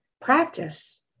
practice